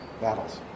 battles